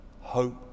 hope